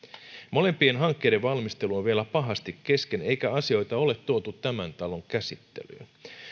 molempien hankkeiden valmistelu on vielä pahasti kesken eikä asioita ole tuotu tämän talon käsittelyyn